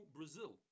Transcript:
Brazil